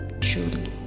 truly